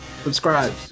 Subscribe